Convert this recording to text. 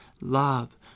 love